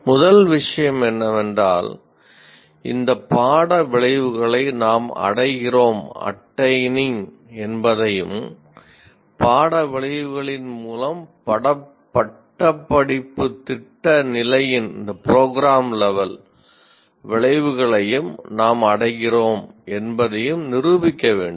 முதல் விஷயம் என்னவென்றால் இந்த பாட விளைவுகளை நாம் அடைகிறோம் விளைவுகளையும் நாம் அடைகிறோம் என்பதையும் நிரூபிக்க வேண்டும்